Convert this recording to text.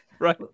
Right